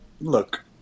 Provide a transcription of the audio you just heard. Look